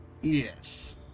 Yes